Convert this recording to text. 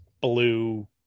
blue